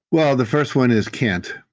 well, the first one is can't.